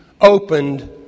opened